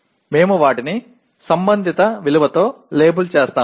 మేము వాటిని సంబంధిత విలువతో లేబుల్ చేస్తాము